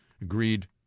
agreed